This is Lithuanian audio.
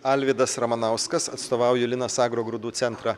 alvydas ramanauskas atstovau linas agaro grūdų centrą